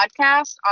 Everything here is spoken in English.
podcast